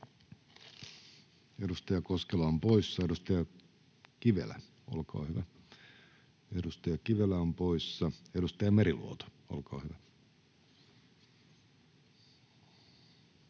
Edustaja Koskela on poissa. Edustaja Kivelä, olkaa hyvä. Edustaja Kivelä on poissa. — Edustaja Meriluoto, olkaa hyvä.